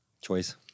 choice